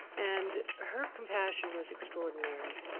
and her compassion was extraordinary,